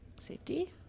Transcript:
Safety